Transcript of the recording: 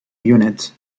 unit